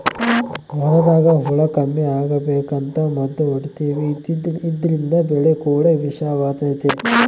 ಹೊಲದಾಗ ಹುಳ ಕಮ್ಮಿ ಅಗಬೇಕಂತ ಮದ್ದು ಹೊಡಿತಿವಿ ಇದ್ರಿಂದ ಬೆಳೆ ಕೂಡ ವಿಷವಾತತೆ